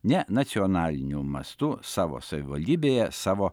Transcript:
ne nacionaliniu mąstu savo savivaldybėje savo